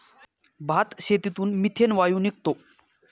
भातशेतीतून मिथेन वायू निघतो